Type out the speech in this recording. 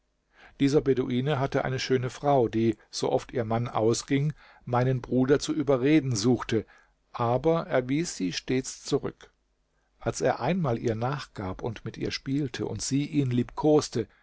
dieser beduine hatte eine schöne frau die so oft ihr mann ausging meinen bruder zu überreden suchte aber er wies sie stets zurück als er einmal ihr nachgab und mit ihr spielte und sie ihn